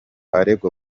aregwa